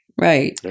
Right